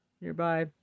nearby